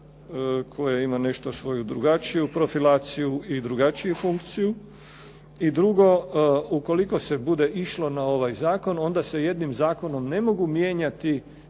koja ima nešto drugačiju svoju profilaciju i drugačiju funkciju. I drugo, ukoliko se bude išlo na ovaj zakon onda se jednim zakonom ne mogu mijenjati